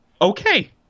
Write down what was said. Okay